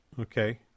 Okay